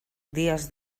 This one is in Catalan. dies